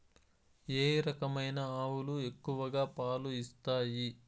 ఏ రకమైన ఆవులు ఎక్కువగా పాలు ఇస్తాయి?